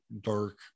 dark